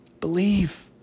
Believe